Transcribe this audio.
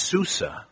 Susa